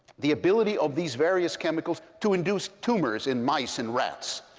the ability of these various chemicals to induce tumors in mice and rats.